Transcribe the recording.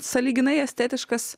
sąlyginai estetiškas